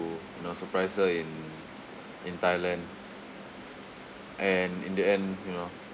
you know surprise her in in thailand and in the end you know